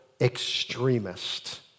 extremist